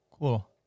Cool